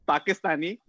Pakistani